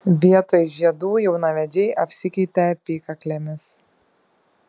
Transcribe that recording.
vietoj žiedų jaunavedžiai apsikeitė apykaklėmis